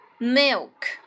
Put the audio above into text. milk